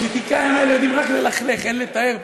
הפוליטיקאים האלה יודעים רק ללכלך, אין לתאר פשוט.